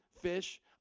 fish